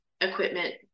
equipment